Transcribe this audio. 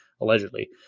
allegedly